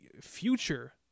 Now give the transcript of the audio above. future